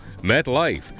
MetLife